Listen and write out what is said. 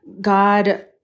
God